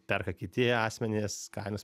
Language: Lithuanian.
perka kiti asmenys kainos